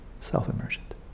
self-emergent